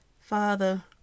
Father